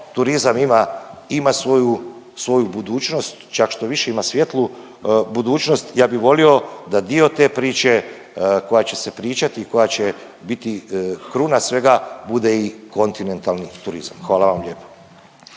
ima svoju, svoju budućnost, čak štoviše ima svijetlu budućnost. Ja bi volio da dio te priče koja će se pričati i koja će biti kruna svega, bude i kontinentalni turizam, hvala vam lijepo.